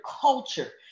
culture